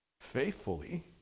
faithfully